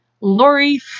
Lori